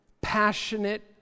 passionate